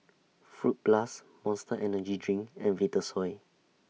Fruit Plus Monster Energy Drink and Vitasoy